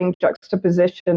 juxtaposition